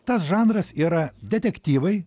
tas žanras yra detektyvai